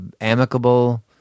amicable